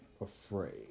afraid